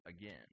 again